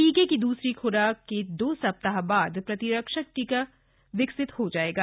टीके की दूसरी ख्राक के दो सप्ताह बाद प्रतिरक्षक क्षमता विकसित हो जाएगी